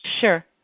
Sure